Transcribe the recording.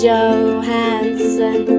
Johansson